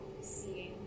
seeing